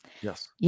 Yes